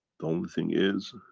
the only thing is,